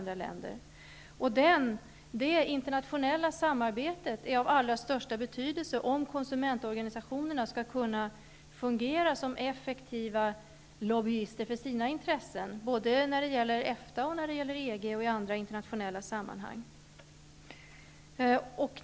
Det internationella samarbetet är av allra största betydelse om konsumentorganisationerna skall kunna fungera som effektiva lobbyister för sina intressen, både när det gäller EFTA och när det gäller EG samt i andra internationella sammanhang.